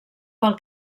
pel